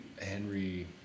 Henry